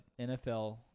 NFL